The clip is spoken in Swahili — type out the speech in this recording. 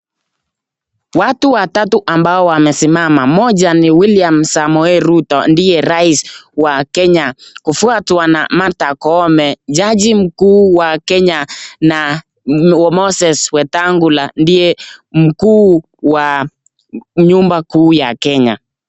Watu watatu ambao wamesimama. Moja ni William Samoei Ruto ndiye rais wa Kenya kufuatwa na Martha Koome, jaji mkuu wa Kenya na Moses Wetangula ndiye spika wa bunge kuu ya Kenya.